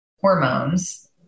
hormones